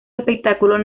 espectáculos